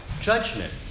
judgment